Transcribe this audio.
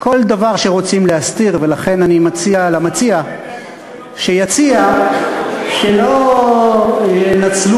משום שהוא יאפשר למוסד לסרב למסור מידע אם גילויו יפגע